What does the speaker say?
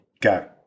go